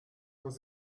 was